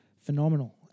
phenomenal